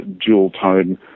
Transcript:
dual-tone